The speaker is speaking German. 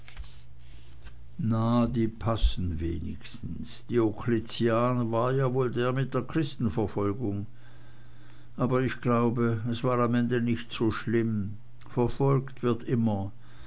na die passen wenigstens diokletian war ja wohl der mit der christenverfolgung aber ich glaube es war am ende nicht so schlimm verfolgt wird immer